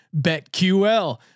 BetQL